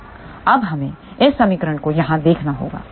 अब हमें इस समीकरण को यहाँ देखना होगा